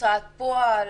הוצאה לפועל,